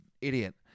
idiot